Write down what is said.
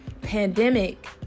pandemic